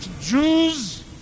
Jews